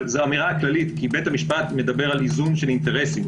אבל זו אמירה כללית כי בית המשפט מדבר על איזון של אינטרסים.